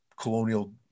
colonial